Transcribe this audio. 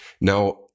Now